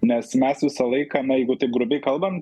nes mes visą laiką na jeigu taip grubiai kalbant